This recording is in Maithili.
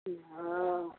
हँ